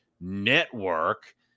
network